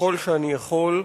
ככל שאני יכול.